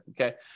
okay